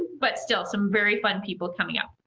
but still some very fun people coming up.